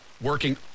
working